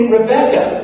Rebecca